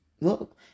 Look